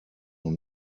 noch